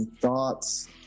thoughts